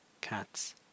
cats